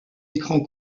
écrans